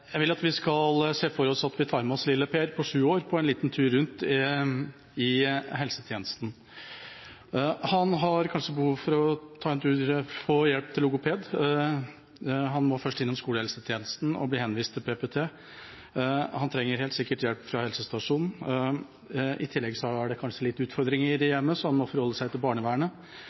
Jeg vil at vi skal se for oss at vi tar med oss lille Per på sju år på en liten tur rundt i helsetjenesten. Han har kanskje behov for å få hjelp av logoped. Han må først innom skolehelsetjenesten for å bli henvist til PPT. Han trenger helt sikkert hjelp fra helsestasjonen. I tillegg er det kanskje noen utfordringer i